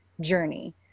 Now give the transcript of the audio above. journey